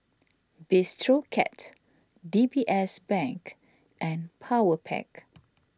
Bistro Cat D B S Bank and Powerpac